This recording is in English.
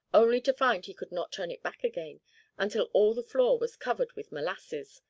only to find he could not turn it back again until all the floor was covered with molasses,